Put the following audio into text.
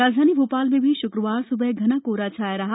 राजधानी भोपाल में भी श्क्रवार स्बह घना कोहरा छाया रहा